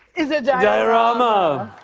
is a. diorama.